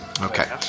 Okay